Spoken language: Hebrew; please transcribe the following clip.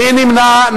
מי נמנע?